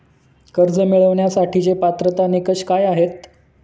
कर्ज मिळवण्यासाठीचे पात्रता निकष काय आहेत?